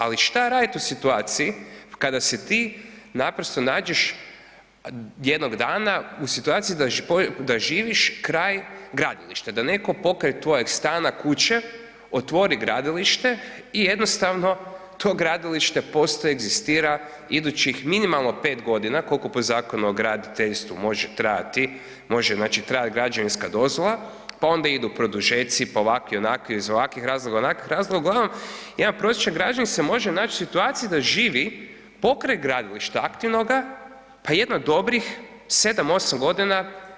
Ali, što raditi u situaciji kada si ti naprosto nađeš jednog dana u situaciji da živiš kraj gradilišta, da netko pokraj tvojeg stana, kuće, otvori gradilište i jednostavno to gradilište postoji, egzistira idućih, minimalno 5 godina, koliko o Zakonu o graditeljstvu može trajati građevinska dozvola, pa onda idu produžeci, pa ovakvi, onakvi, iz ovakvih, onakvih razloga, uglavnom, jedan prosječan građanin se može naći u situaciji da živi pokraj gradilišta, aktivnoga, pa jedno dobrih 7, 8 godina.